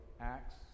Acts